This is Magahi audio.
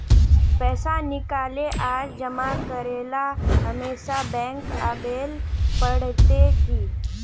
पैसा निकाले आर जमा करेला हमेशा बैंक आबेल पड़ते की?